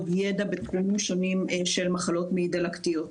ידע בתחומים שונים של מחלות מעי דלקתיות.